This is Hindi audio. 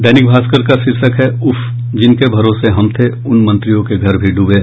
दैनिक भास्कर का शीर्षक है उफ जिनके भरोसे हम थे उन मंत्रियों के घर भी डूबे